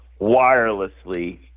wirelessly